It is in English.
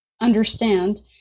understand